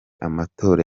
amatora